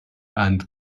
and